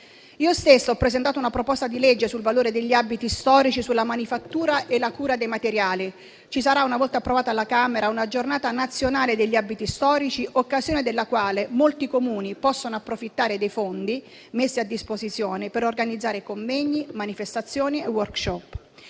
Io stessa ho presentato una proposta di legge sul valore degli abiti storici, sulla manifattura e sulla cura dei materiali. Ci sarà, una volta approvata alla Camera, una Giornata nazionale degli abiti storici, occasione in cui molti Comuni possono approfittare dei fondi messi a disposizione per organizzare convegni, manifestazioni e *workshop*.